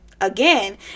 again